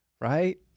Right